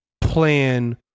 plan